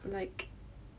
like